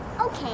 Okay